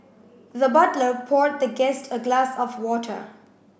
the butler poured the guest a glass of water